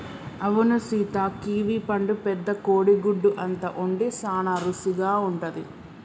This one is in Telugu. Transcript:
అవును సీత కివీ పండు పెద్ద కోడి గుడ్డు అంత ఉండి సాన రుసిగా ఉంటది